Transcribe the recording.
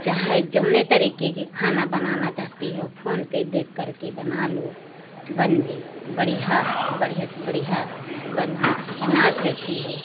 चाहे जौने तरीके के खाना बनाने चाहती हो फोन पर देख करके बना लो बन जाए बढ़िया बढ़िया से बढ़िया बन बना सकती है